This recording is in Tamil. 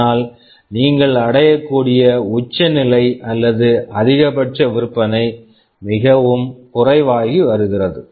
ஆனால் நீங்கள் அடையக்கூடிய உச்சநிலை அல்லது அதிகபட்ச விற்பனை மிகவும் குறைவாகி வருகிறது